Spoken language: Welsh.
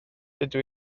dydw